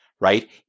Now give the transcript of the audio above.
right